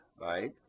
right